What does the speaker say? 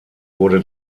wurde